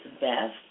best